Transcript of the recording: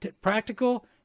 practical